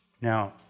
Now